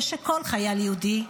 שכל חייל יהודי,